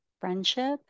friendship